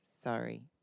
Sorry